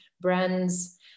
brands